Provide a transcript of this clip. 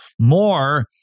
more